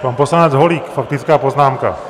Pan poslanec Holík, faktická poznámka.